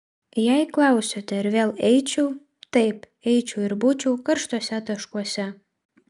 jei klausiate ar vėl eičiau taip eičiau ir būčiau karštuose taškuose